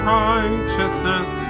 righteousness